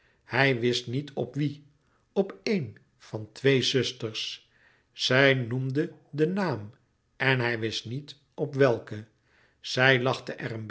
hij wist niet op wie op één van twee zusters zij noemde den naam en hij wist niet op welke zij lachte